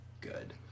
good